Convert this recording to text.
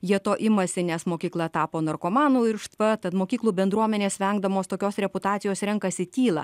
jie to imasi nes mokykla tapo narkomanų irštva tad mokyklų bendruomenės vengdamos tokios reputacijos renkasi tylą